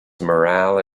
morale